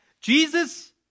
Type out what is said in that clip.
Jesus